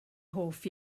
hoff